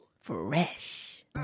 Fresh